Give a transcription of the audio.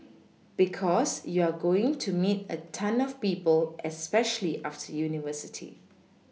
because you're going to meet a ton of people especially after university